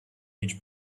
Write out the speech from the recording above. each